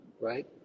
right